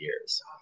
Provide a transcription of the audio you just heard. years